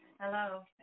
Hello